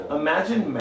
imagine